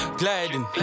gliding